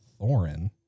Thorin